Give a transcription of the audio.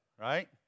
right